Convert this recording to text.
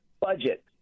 budget